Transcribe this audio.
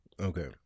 Okay